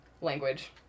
language